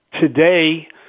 Today